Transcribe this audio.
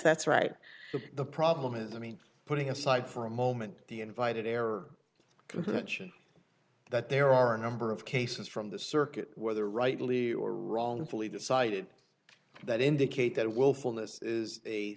that's right the problem is i mean putting aside for a moment the invited error contention that there are a number of cases from the circuit whether rightly or wrongly decided that indicate that wil